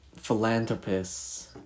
philanthropists